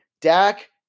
Dak